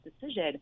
decision